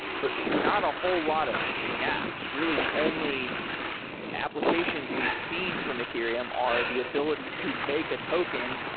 but not a whole lot of dapps. really the only applications we've seen from ethereum are the ability to make a token,